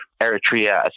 Eritrea